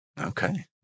Okay